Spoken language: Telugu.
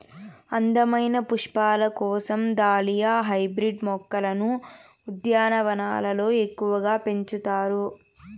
అందమైన పుష్పాల కోసం దాలియా హైబ్రిడ్ మొక్కలను ఉద్యానవనాలలో ఎక్కువగా పెంచుతారు